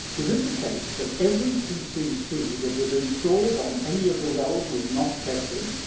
is it the case that every pcc that was installed on any of the wells, was not tested?